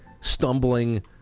stumbling